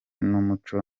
n’umuco